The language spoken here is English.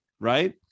Right